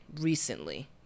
recently